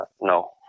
No